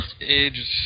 age